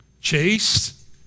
chaste